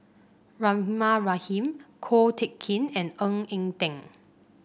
Rahimah Rahim Ko Teck Kin and Ng Eng Teng